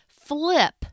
flip